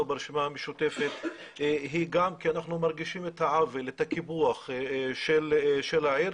ברשימה המשותפת היא גם כי אנחנו מרגישים את העוול ואת הקיפוח של העיר,